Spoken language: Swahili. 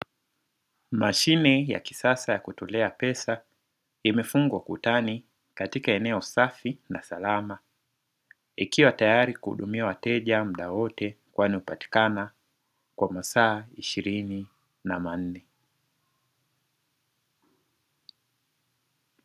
Mashine ya kisasa ya kutolea pesa imefungwa ukutani katika eneo safi na salama ikiwa tayari kuhudumia wateja muda wowote, kwani hupatikana kwa masaa ishirini na manne.